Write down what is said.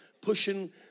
pushing